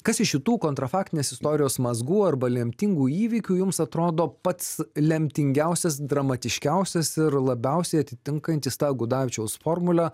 kas iš šitų kontra faktinės istorijos mazgų arba lemtingų įvykių jums atrodo pats lemtingiausias dramatiškiausias ir labiausiai atitinkantys tą gudavičiaus formulę